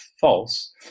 false